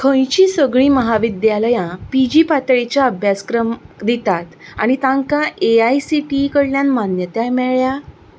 खंयचीं सगळीं महाविद्यालयां पीजी पातळेचें अभ्यासक्रम दितात आनी तांकां एआयसीटीई कडल्यान मान्यताय मेळ्ळ्या